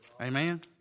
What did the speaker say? Amen